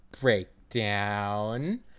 breakdown